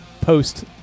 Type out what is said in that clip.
Post